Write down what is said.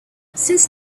since